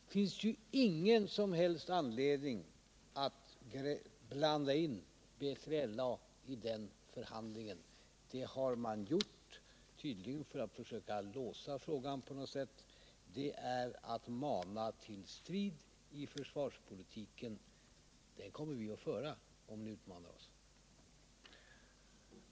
Det finns ingen som helst anledning att blanda in B3LA i den aktuella förhandlingen. Det har man tydligen gjort för att försöka låsa frågan på något sätt. Det är att mana till strid i försvarspolitiken, och den strider kommer vi att föra om vi utmanas.